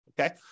okay